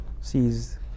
sees